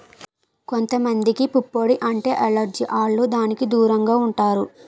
కొంత మందికి పుప్పొడి అంటే ఎలెర్జి ఆల్లు దానికి దూరంగా ఉండాలి